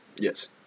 Yes